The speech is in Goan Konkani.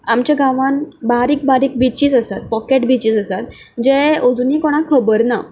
आमच्या गांवांत बारीक बारीक बिचीस आसात पॉकेट बिचीस आसात जे आजूनय कोणाक खबर ना